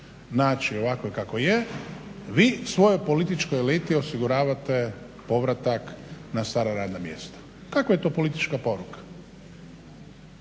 naći ovako kako je vi svojoj političkoj eliti osiguravate povratak na stara radna mjesta. Kakva je to politička poruka?